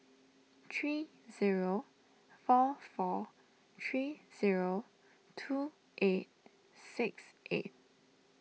three zero four four three zero two eight six eight